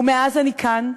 ומאז אני כאן,